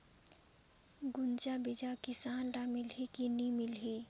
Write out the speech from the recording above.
गुनजा बिजा किसान ल मिलही की नी मिलही?